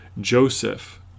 Joseph